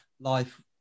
life